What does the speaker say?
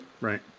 Right